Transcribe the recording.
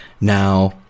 Now